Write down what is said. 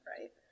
Right